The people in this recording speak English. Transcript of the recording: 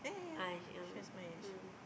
ah she um